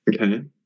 Okay